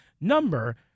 number